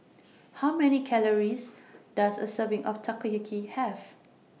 How Many Calories Does A Serving of Takoyaki Have